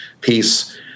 peace